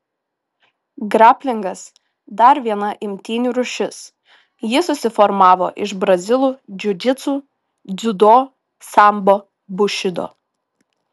graplingas dar viena imtynių rūšis ji susiformavo iš brazilų džiudžitsu dziudo sambo bušido